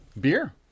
Beer